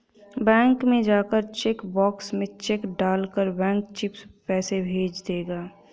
bank में जाकर cheque box में चेक डाल कर बैंक चिप्स पैसे भेज देगा